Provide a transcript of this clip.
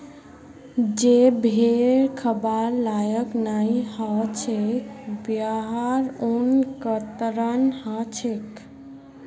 जे भेड़ खबार लायक नई ह छेक वहार ऊन कतरन ह छेक